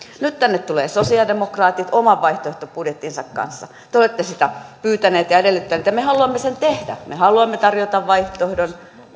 nyt tänne tulevat sosialidemokraatit oman vaihtoehtobudjettinsa kanssa te olette sitä pyytäneet ja edellyttäneet ja me haluamme sen tehdä me haluamme tarjota vaihtoehdon